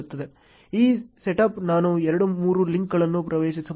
ಈ ಸೆಟಪ್ಗೆ ನಾನು ಎರಡು ಮೂರು ಲಿಂಕ್ಗಳನ್ನು ಪ್ರವೇಶಿಸಬಹುದು